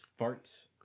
farts